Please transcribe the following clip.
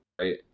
right